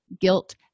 guilt